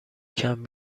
کمپ